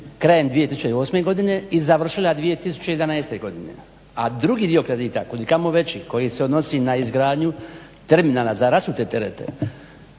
krajem 2008. godine i završila 2011. godine. A drugi dio kredita, kudikamo veći koji se odnosi na izgradnju terminala za rasute terete